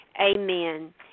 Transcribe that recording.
Amen